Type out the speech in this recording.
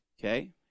Okay